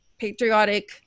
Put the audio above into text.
patriotic